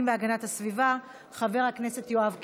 והגנת הסביבה חבר הכנסת יואב קיש.